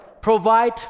provide